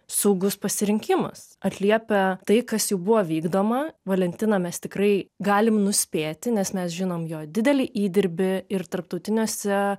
saugus pasirinkimas atliepia tai kas jau buvo vykdoma valentiną mes tikrai galim nuspėti nes mes žinom jo didelį įdirbį ir tarptautiniuose